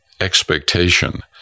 expectation